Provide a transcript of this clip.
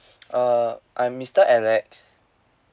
err I'm mister alex